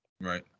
Right